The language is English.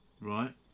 Right